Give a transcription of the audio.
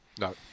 No